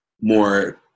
more